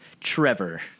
Trevor